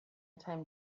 time